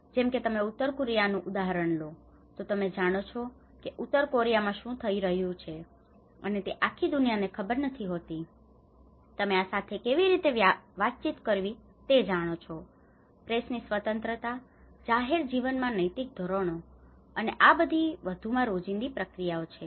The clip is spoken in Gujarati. જેમ કે તમે ઉત્તર કોરિયાનું ઉદાહરણ લો તો તમે જાણો છો કે ઉત્તર કોરિયામાં શું થઈ રહ્યું છે અને તે આખી દુનિયાને ખબર નથી હોતી તમે આ સાથે કેવી રીતે વાતચીત કરવી તે જાણો છો પ્રેસની સ્વતંત્રતા જાહેર જીવનમાં નૈતિક ધોરણો અને આ બધી વધુમાં રોજિંદી પ્રક્રિયાઓ છે